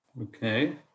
Okay